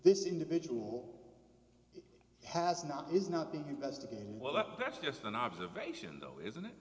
this individual has not is not being investigated well that that's just an observation though isn't it